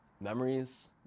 memories